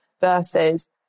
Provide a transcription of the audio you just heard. versus